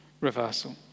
reversal